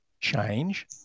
change